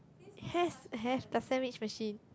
has has the sandwich machine